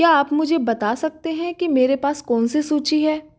क्या आप मुझे बता सकते हैं कि मेरे पास कौनसी सूची है